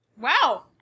Wow